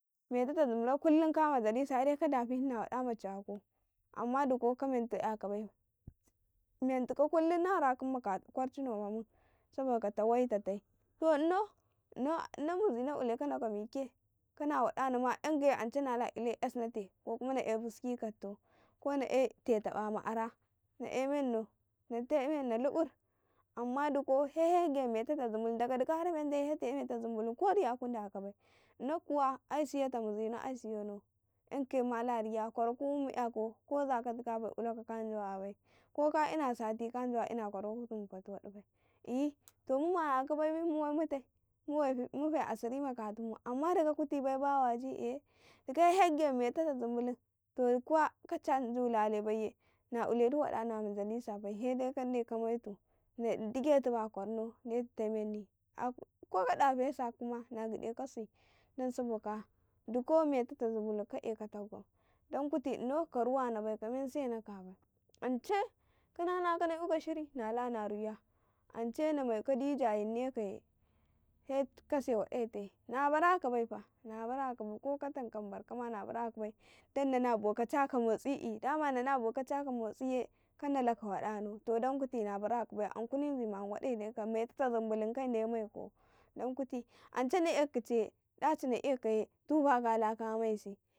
Metata zumblubaiyee kullum ka majalisa ka dafi thuna wada ma caku amma dugo kamenta yaku bai mentuk kullum na rakunma kata kwarcina ma mun saboka ta wai ta tai toi to inau, ina mizanan ulekanaka mike kane waɗanama ɗan gayey ance nala ile ''yasnate kohma na e buski ka dtau ka dtauko na e teta bama'ara na e mennau, nate mennau lu'ur amma dugo he shege ma metata zumbulun daga duka har mendai he ta'e meta zumbulun ko riya kundaka bai ina kuwa ai siyata muzihau ai siyahnau ''yan kaye mala riya rakumarmu '' yakau ko zakatuka a ulakau ka jawa bai ko ka in tadu baci belu ka jawa ina kwarakutun ma fat wadi bai ehyi to mu mayaka bai memmuwa mutai mufe a siri ma katu mu amma duka kuti bai bawaji ehye dukai he shege ma metaka zumbulum to kuiwa ka chanjulali bai ye na uledi wadana a ma la bai he dai kade ka wetu he idige tu ba kwainau detu tai meni ko ka ɗatesikama na gdekasi dan. saboka dukan metata zumbulunka ekata gam dan kuti ka ruwana bai ka men sena ka bai ance kananaka na'yu shiri to nalana a riya ance namaika dija yinnekeye het kase wadai tai na barake bai ko ka, tanka na barkama na bara bai dan na na noka caka yawalabi dama nana boka caka ''ya walabi to kandalaka wadahnau to dan kuti na baraka bai ankunizima ma wadaidai kam metau ta zumbulun kaine maiku ance na ena ye daci na ekaye tufa kala kamai si.